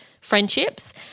friendships